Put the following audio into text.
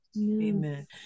Amen